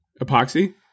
epoxy